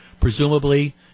Presumably